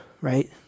right